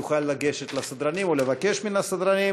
יוכל לגשת לסדרנים ולבקש מן הסדרנים.